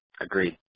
Agreed